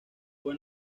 fue